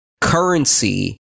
currency